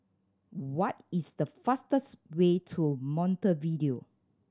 what is the fastest way to Montevideo